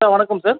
வணக்கம் சார்